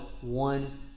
one